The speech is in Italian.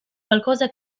qualcosa